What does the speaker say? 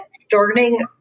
starting